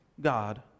God